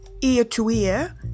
ear-to-ear